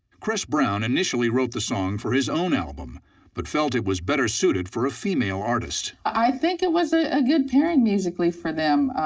chris brown initially wrote the song for his own album but felt it was better suited for a female artist. i think it was ah a good pairing musically for them,